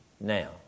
now